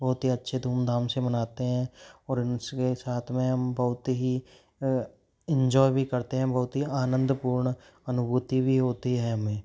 बहुत ही अच्छे धूमधाम से मनाते हैं और उनके साथ में हम बहुत ही इंजॉय भी करते हैं बहुत ही आनंदपूर्ण अनुभूति भी होती है हमें